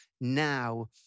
now